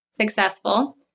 successful